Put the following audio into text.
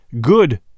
Good